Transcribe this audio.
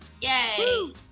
Yay